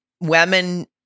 women